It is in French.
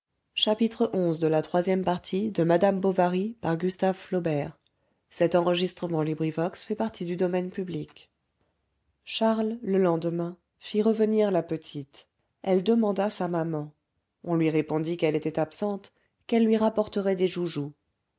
charles le lendemain fit revenir la petite elle demanda sa maman on lui répondit qu'elle était absente qu'elle lui rapporterait des joujoux